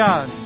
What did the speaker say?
God